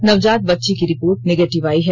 नवजात बच्ची की रिपोर्ट नेगेटिव आई है